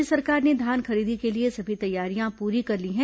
राज्य सरकार ने धान खरीदी के लिए सभी तैयारियां पूरी कर ली हैं